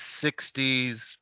60s